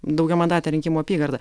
daugiamandatė rinkimų apygarda